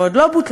ועוד לא בוטלה,